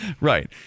Right